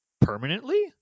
Permanently